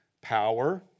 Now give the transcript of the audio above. power